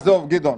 עזוב, גדעון.